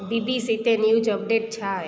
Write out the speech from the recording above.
B B C ते news update छा आहे